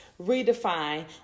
redefine